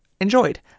enjoyed